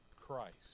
Christ